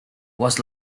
was